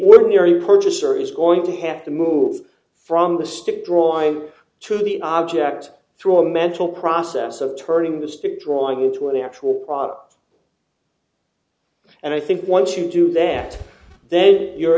ordinary purchaser is going to have to move from the state drawing to the object through a mental process of turning the stick drawing to an actual product and i think once you do that then you're